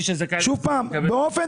שוב פעם באופן